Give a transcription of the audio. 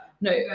No